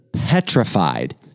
petrified